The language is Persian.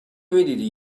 میدیدی